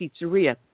Pizzeria